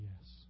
yes